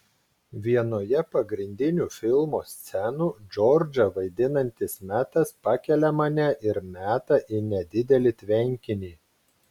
vienoje pagrindinių filmo scenų džordžą vaidinantis metas pakelia mane ir meta į nedidelį tvenkinį